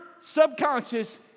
subconscious